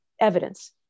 evidence